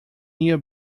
near